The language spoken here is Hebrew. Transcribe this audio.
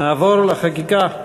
נעבור לחקיקה,